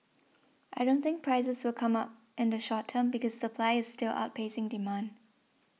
I don't think prices will come up in the short term because supply is still outpacing demand